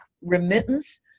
remittance